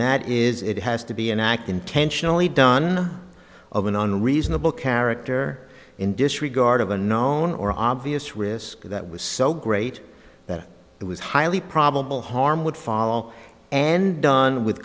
that is it has to be an act intentionally done of an unreasonable character in disregard of a known or obvious risk that was so great that it was highly probable harm would fall and done with